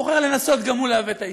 בוחר לנסות גם הוא לעוות את ההיסטוריה.